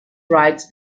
writes